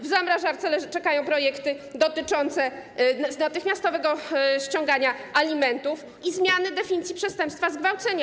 W zamrażarce czekają projekty dotyczące natychmiastowego ściągania alimentów i zmiany definicji przestępstwa zgwałcenia.